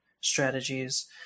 strategies